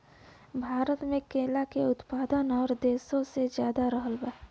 भारत मे केला के उत्पादन और देशो से ज्यादा रहल बा